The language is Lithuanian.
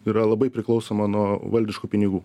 yra labai priklausoma nuo valdiškų pinigų